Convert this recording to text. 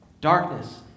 Darkness